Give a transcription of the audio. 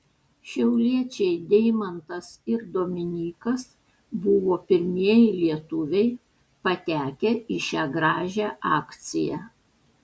šiauliečiai deimantas ir dominykas buvo pirmieji lietuviai patekę į šią gražią akciją